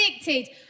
addicted